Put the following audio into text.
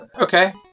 Okay